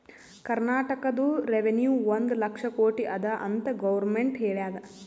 ಕರ್ನಾಟಕದು ರೆವೆನ್ಯೂ ಒಂದ್ ಲಕ್ಷ ಕೋಟಿ ಅದ ಅಂತ್ ಗೊರ್ಮೆಂಟ್ ಹೇಳ್ಯಾದ್